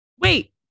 wait